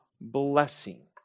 blessing